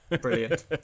Brilliant